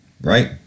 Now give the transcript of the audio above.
right